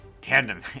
Tandem